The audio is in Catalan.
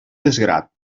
desgrat